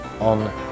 on